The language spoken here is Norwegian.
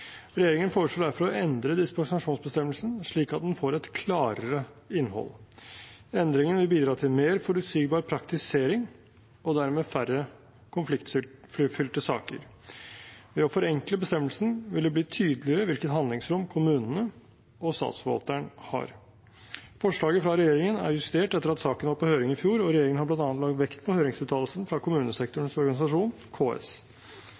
Regjeringen foreslår derfor å endre dispensasjonsbestemmelsen slik at den får et klarere innhold. Endringen vil bidra til mer forutsigbar praktisering og dermed færre konfliktfylte saker. Ved å forenkle bestemmelsen vil det bli tydeligere hvilket handlingsrom kommunene og Statsforvalteren har. Forslaget fra regjeringen er justert etter at saken var på høring i fjor, og regjeringen har bl.a. lagt vekt på høringsuttalelsen fra kommunesektorens organisasjon, KS.